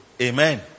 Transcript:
amen